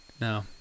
no